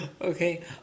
Okay